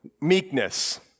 Meekness